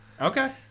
Okay